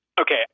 Okay